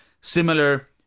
similar